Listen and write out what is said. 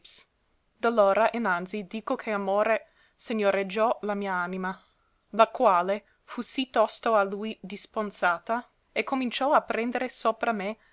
d'allora innanzi dico che amore segnoreggiò la mia anima la quale fu sì tosto a lui disponsata e cominciò a prendere sopra me